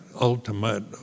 ultimate